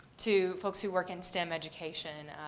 to folks who work in stem education.